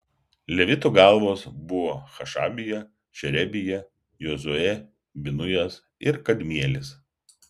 levitų galvos buvo hašabija šerebija jozuė binujas ir kadmielis